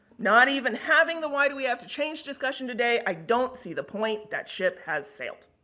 not even having the why do we have to change discussion today. i don't see the point. that ship has sailed.